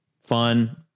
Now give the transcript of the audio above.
fun